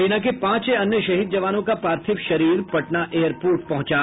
सेना के पांच अन्य शहीद जवानों का पार्थिव शरीर पटना एयरपोर्ट पहुंचा